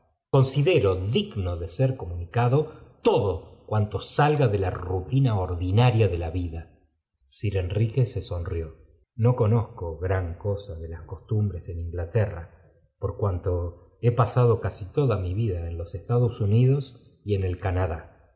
consideio digno de ser comunicado todo cuanto salga de la rutina ordinaria de la vida sir enrique se sonrió no conozco gran cosa las costumbres en ingaterra por cuanto he pasado casi toda mi vida m los estado unidos y en el canadá